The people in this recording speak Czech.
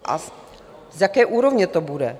A z jaké úrovně to bude?